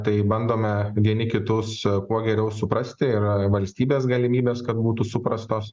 tai bandome vieni kitus kuo geriau suprasti ir valstybės galimybės kad būtų suprastos